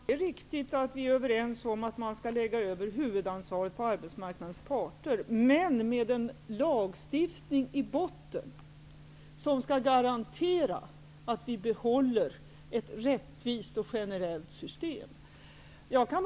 Fru talman! Det är riktigt att vi är överens om att man skall lägga över huvudansvaret på arbets marknadens parter. Detta skall dock göras med en lagstiftning i botten, som skall garantera att vi behåller ett rättvist och generellt system.